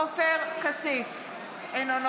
אינו נוכח אופיר כץ, בעד חיים